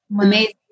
amazing